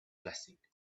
blessing